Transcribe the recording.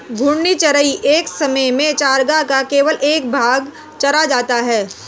घूर्णी चराई एक समय में चरागाह का केवल एक भाग चरा जाता है